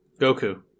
Goku